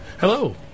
Hello